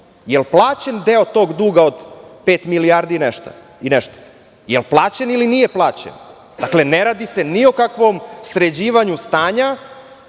li je plaćen taj dug od pet milijardi i nešto? Da li je plaćen ili nije plaćen? Dakle, ne radi ni o kakvom sređivanju stanja